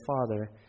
Father